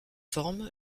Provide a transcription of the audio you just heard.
forme